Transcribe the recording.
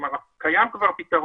כלומר, כבר קיים פתרון